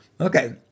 Okay